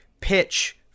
pitch